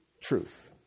truth